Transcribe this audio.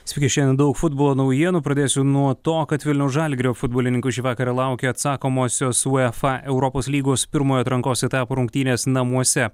sveiki šiandien daug futbolo naujienų pradėsiu nuo to kad vilniaus žalgirio futbolininkų šį vakarą laukia atsakomosios uefa europos lygos pirmojo atrankos etapo rungtynės namuose